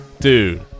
Dude